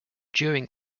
during